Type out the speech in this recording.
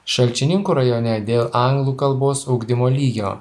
šalčininkų rajone dėl anglų kalbos ugdymo lygio